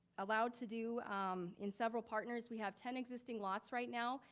allowed to do in several partners. we have ten existing lots right now.